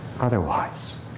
Otherwise